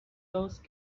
those